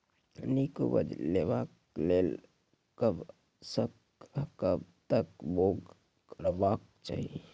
नीक उपज लेवाक लेल कबसअ कब तक बौग करबाक चाही?